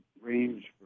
range